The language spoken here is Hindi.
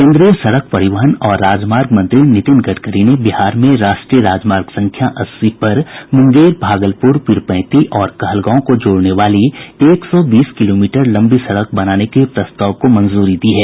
केन्द्रीय सड़क परिवहन और राजमार्ग मंत्री नितिन गडकरी ने बिहार में राष्ट्रीय राजमार्ग संख्या अस्सी पर मुंगेर भागलपुर पीरपैंती और कहलगांव को जोड़ने वाली एक सौ बीस किलोमीटर लम्बी सड़क बनाने के प्रस्ताव को मंजूरी दी है